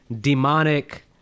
demonic